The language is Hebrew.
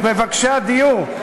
את מבקשי הדיור,